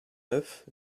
neuf